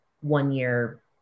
one-year